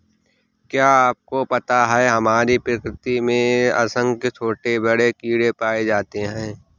क्या आपको पता है हमारी प्रकृति में असंख्य छोटे बड़े कीड़े पाए जाते हैं?